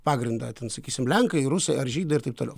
pagrindą ten sakysim lenkai rusai ar žydai ir taip toliau